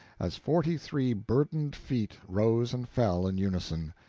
as forty-three burdened feet rose and fell in unison.